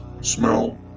smell